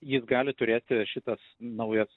jis gali turėti šitas naujas